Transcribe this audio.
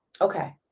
Okay